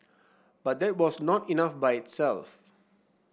but that was not enough by itself